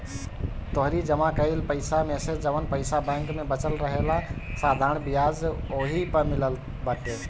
तोहरी जमा कईल पईसा मेसे जवन पईसा बैंक में बचल रहेला साधारण बियाज ओही पअ मिलत बाटे